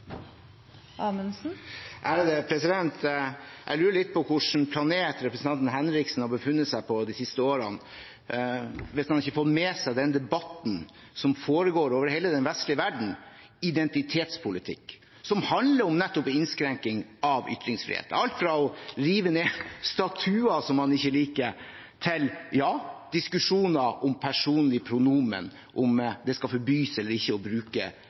Jeg lurer litt på hvilken planet representanten Henriksen har befunnet seg på de siste årene hvis han ikke har fått med seg den debatten som foregår over hele den vestlige verden, om identitetspolitikk, som handler om nettopp innskrenking av ytringsfrihet: alt fra å rive ned statuer som man ikke liker, til diskusjoner om personlige pronomen, om det skal forbys eller ikke å bruke